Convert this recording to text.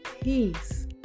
peace